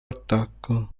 attacco